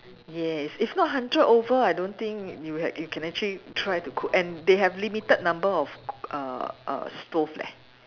yes if not hundred over I don't think you ha~ you can actually try to cook and they have limited number of cook err err stove leh